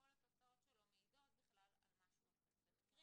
יש מקרים